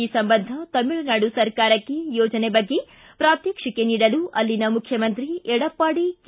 ಈ ಸಂಬಂಧ ತಮಿಳುನಾಡು ಸರ್ಕಾರಕ್ಕೆ ಯೋಜನೆ ಬಗ್ಗೆ ಪ್ರಾತ್ಮಕ್ಷಿಕೆ ನೀಡಲು ಅಲ್ಲಿನ ಮುಖ್ಯಮಂತ್ರಿ ಎಡಪ್ಪಾಡಿ ಕೆ